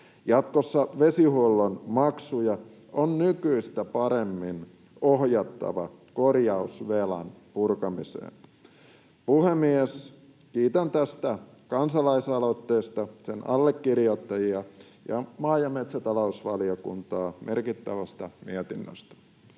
Jatkossa vesihuollon maksuja on nykyistä paremmin ohjattava korjausvelan purkamiseen. Puhemies! Kiitän tästä kansalaisaloitteesta sen allekirjoittajia ja maa‑ ja metsätalousvaliokuntaa merkittävästä mietinnöstä.